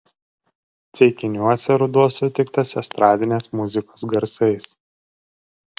ceikiniuose ruduo sutiktas estradinės muzikos garsais